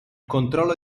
controllo